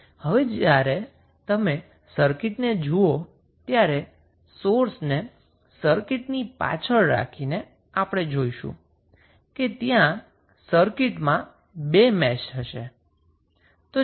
હવે જ્યારે તમે સર્કિટને જુઓ ત્યારે સોર્સને સર્કિટની પાછળ રાખીને આપણે જોઈશું કે ત્યાં સર્કિટમાં 2 મેશ હશે